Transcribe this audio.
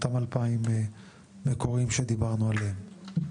אותם 2,000 שדיברנו עליהם.